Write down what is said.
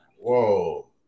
Whoa